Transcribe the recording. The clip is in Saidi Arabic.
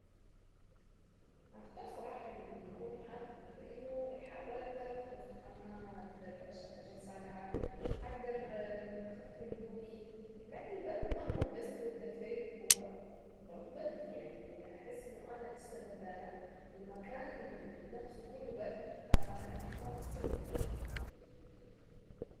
يكون حر لانه الحر اقدر اطلع ما اقدر اشرب حاجات ساقعة هقدر اخفف هدومي لكن البرد مهما لبست واتدفيت هو برضه برد يعني احس انه انا لسه بردانة والمكان نفسه كله برد فلا اختار الحر.